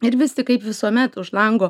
ir vis tik kaip visuomet už lango